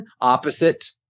opposite